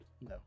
No